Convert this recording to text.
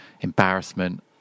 embarrassment